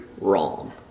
wrong